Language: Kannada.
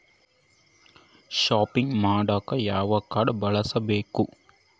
ಷಾಪಿಂಗ್ ಮಾಡಾಕ ಯಾವ ಕಾಡ್೯ ಬಳಸಬೇಕು?